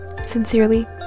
sincerely